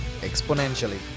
exponentially